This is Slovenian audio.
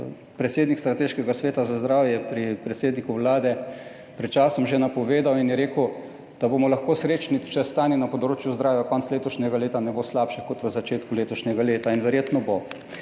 predsednik strateškega sveta za zdravje pri predsedniku vlade pred časom že napovedal in je rekel, da bomo lahko srečni, če stanje na področju zdravja konec letošnjega leta ne bo slabše, kot v začetku letošnjega leta in verjetno bo.